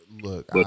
Look